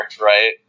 right